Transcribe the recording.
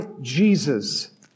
Jesus